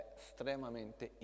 estremamente